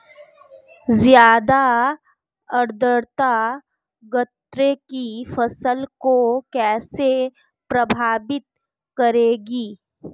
ज़्यादा आर्द्रता गन्ने की फसल को कैसे प्रभावित करेगी?